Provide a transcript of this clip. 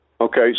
Okay